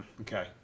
okay